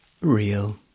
Real